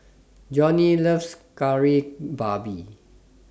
Johnie loves Kari Babi